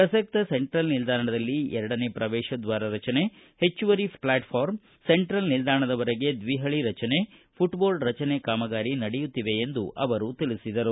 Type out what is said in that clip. ಪ್ರಸಕ್ತ ಸೆಂಟ್ರಲ್ ನಿಲ್ದಾಣದಲ್ಲಿ ಎರಡನೇ ಪ್ರವೇಶದ್ವಾರ ರಚನೆ ಹೆಚ್ಚುವರಿ ಫ್ಲ್ಮಾಟ್ ಫಾರಂ ಸೆಂಟ್ರಲ್ ನಿಲ್ದಾಣವರೆಗೆ ದ್ವಿಹಳಿ ರಚನೆ ಪುಟ್ಬೋರ್ಡ್ ರಚನೆ ಕಾಮಗಾರಿ ನಡೆಯುತ್ತಿವೆ ಎಂದು ಅವರು ಹೇಳಿದರು